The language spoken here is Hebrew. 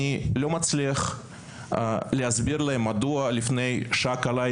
אני לא מצליח להסביר להן מדוע לפני שעה קלה,